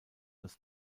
als